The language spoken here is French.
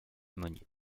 monnier